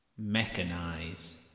mechanize